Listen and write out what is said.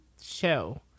show